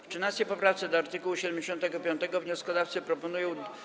W 13. poprawce do art. 75 wnioskodawcy proponują.